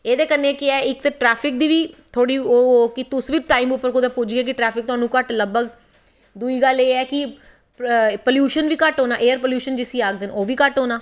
एह्दे कन्नैं केह् ऐ इक ट्रैफिक दी बी थोह्ड़ी ओह् होग तुस बै टैमां पर पुज्जी जागे ट्रैफिक तोआनू घट्ट लब्भग दुई गल्ल एह् ऐ कि प्लयूशन घट्ट होना ऐ एयर प्लयूशन जिसी आखदे न ओह् बी घट्ट होनां